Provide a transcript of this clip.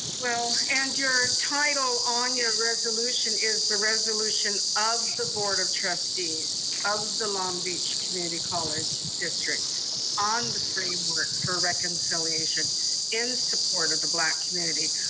and your title on your resolution is the resolution of the board of trustees of the long beach community college district on the framework for reconciliation in support of the black community.